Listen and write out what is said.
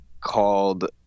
called